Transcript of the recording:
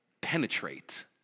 penetrate